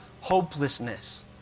hopelessness